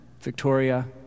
Victoria